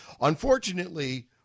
Unfortunately